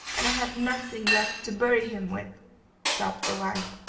and i have nothing left to bury him with sobbed the wife.